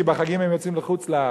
כי בחגים הם יוצאים לחוץ-לארץ.